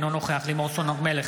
אינו נוכח לימור סון הר מלך,